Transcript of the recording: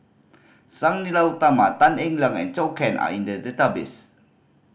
Sang Nila Utama Tan Eng Liang and Zhou Can are in the database